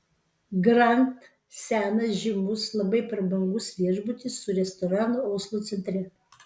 grand senas žymus labai prabangus viešbutis su restoranu oslo centre